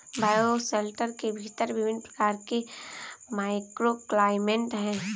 bioshelter के भीतर विभिन्न प्रकार के माइक्रोक्लाइमेट हैं